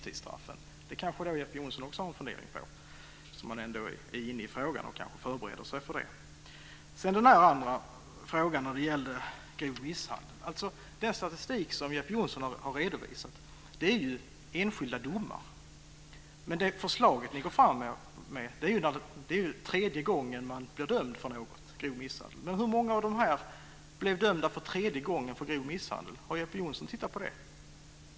Jeppe Johnsson har kanske en fundering också om detta, nu när han ändå är inne på frågan och måhända förbereder sig för detta. Vad gäller grov misshandel består den statistik som Jeppe Johnsson har redovisat av enskilda domar, men det förslag som ni går fram med avser tredje gången som man blir dömd för grov misshandel. Hur många av de här brottslingarna blev dömda för tredje gången för grov misshandel? Har Jeppe Johnsson tittat på det?